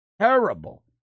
terrible